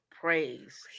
Praise